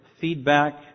feedback